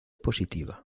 positiva